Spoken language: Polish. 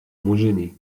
murzyni